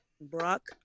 Brock